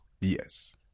Yes